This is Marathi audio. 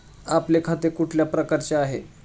आपले खाते कुठल्या प्रकारचे आहे?